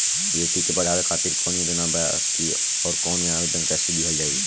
बेटी के पढ़ावें खातिर कौन योजना बा और ओ मे आवेदन कैसे दिहल जायी?